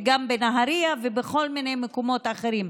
וגם בנהריה ובכל מיני מקומות אחרים.